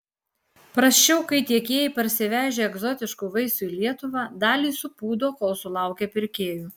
prasčiau kai tiekėjai parsivežę egzotiškų vaisių į lietuvą dalį supūdo kol sulaukia pirkėjų